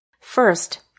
First